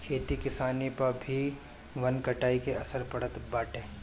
खेती किसानी पअ भी वन कटाई के असर पड़त बाटे